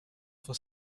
for